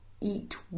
eat